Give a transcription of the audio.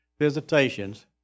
visitations